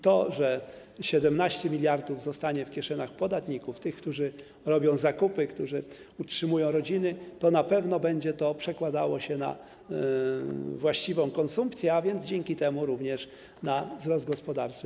To, że 17 mld zł zostanie w kieszeniach podatników, którzy robią zakupy, którzy utrzymują rodziny, na pewno będzie się przekładało na właściwą konsumpcję, a więc dzięki temu również na wzrost gospodarczy.